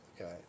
Okay